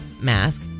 mask